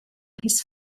his